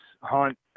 Hunt